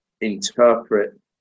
interpret